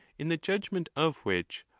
in the judgment of which,